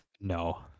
No